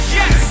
yes